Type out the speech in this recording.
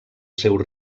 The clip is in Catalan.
seu